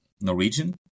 Norwegian